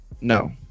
No